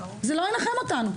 זה לא ינחם אותנו.